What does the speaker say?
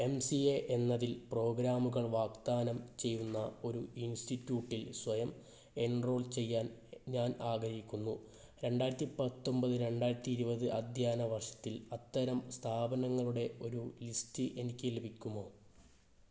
M C A എന്നതിൽ പ്രോഗ്രാമുകൾ വാഗ്ദാനം ചെയ്യുന്ന ഒരു ഇൻസ്റ്റിറ്റ്യൂട്ടിൽ സ്വയം എൻറോൾ ചെയ്യാൻ ഞാൻ ആഗ്രഹിക്കുന്നു രണ്ടാരത്തി പത്തൊമ്പത് രണ്ടാരത്തി ഇരുപത് അധ്യയന വർഷത്തിൽ അത്തരം സ്ഥാപനങ്ങളുടെ ഒരു ലിസ്റ്റ് എനിക്ക് ലഭിക്കുമോ